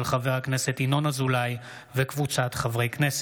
של חבר הכנסת ינון אזולאי וקבוצת חברי הכנסת.